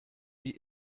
wie